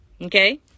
Okay